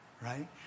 right